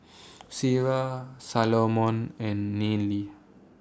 Ciera Salomon and Nealie